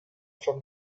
from